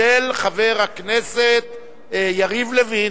של חבר הכנסת יריב לוין.